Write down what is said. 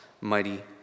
mighty